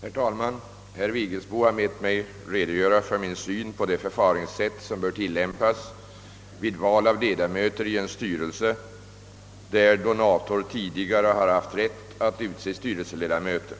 Herr talman! Herr Vigelsbo har bett mig redogöra för min syn på det förfaringssätt som bör tillämpas vid val av ledamöter i en styrelse där donator tidigare har haft rätt att utse styrelseledamöter.